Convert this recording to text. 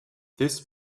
this